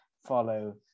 follow